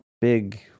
big